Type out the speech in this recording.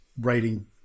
writing